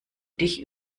dich